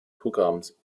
programms